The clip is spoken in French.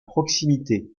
proximité